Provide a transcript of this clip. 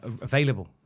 available